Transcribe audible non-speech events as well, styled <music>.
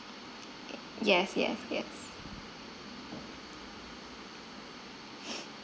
yes yes yes <noise>